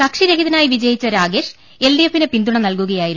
കക്ഷിരഹിതനായി വിജയിച്ച രാഗേഷ് എൽഡിഎഫിന് പിന്തുണ ന്ൽകുകയായിരുന്നു